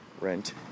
rent